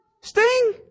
sting